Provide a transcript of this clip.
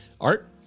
art